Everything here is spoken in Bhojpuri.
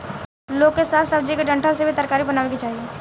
लोग के साग सब्जी के डंठल के भी तरकारी बनावे के चाही